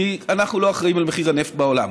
כי אנחנו לא אחראים למחיר הנפט בעולם.